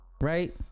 Right